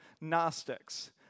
Gnostics